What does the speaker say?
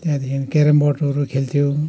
त्यहाँदेखि क्यारेमबोटहरू खेल्थ्यौँ